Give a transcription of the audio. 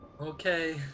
okay